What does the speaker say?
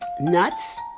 Nuts